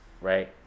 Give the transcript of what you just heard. right